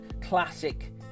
classic